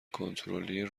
کنترلی